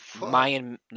Mayan